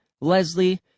Leslie